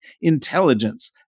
intelligence